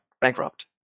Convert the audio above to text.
bankrupt